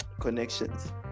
connections